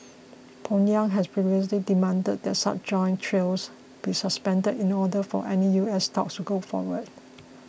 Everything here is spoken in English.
Pyongyang had previously demanded that such joint drills be suspended in order for any U S talks to go forward